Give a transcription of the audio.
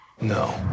no